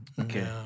Okay